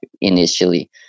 initially